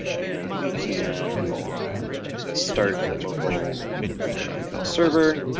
and we can start a local graphql server